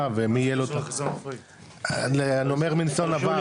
ומי יהיה לו את ה- אני אומר מלשון עבר